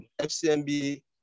FCMB